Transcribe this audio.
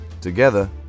Together